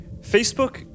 Facebook